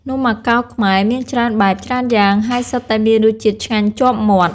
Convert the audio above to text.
នំអាកោរខ្មែរមានច្រើនបែប ច្រើនយ៉ាង ហើយសុទ្ធតែមានរសជាតិឆ្ងាញ់ជាប់មាត់។